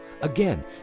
Again